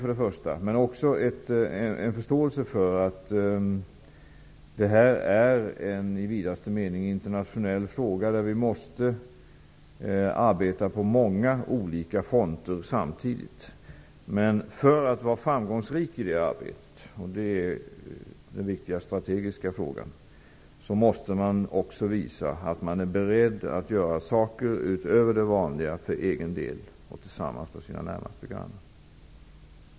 Men det måste också finnas en förståelse för att detta är en i vidaste mening internationell fråga där vi måste arbeta på många olika fronter samtidigt. För att vara framgångsrik i det arbetet -- det är den viktiga strategiska frågan -- måste man också visa att man är beredd att göra saker utöver det vanliga för egen del tillsammans med sina närmaste grannar.